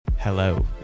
Hello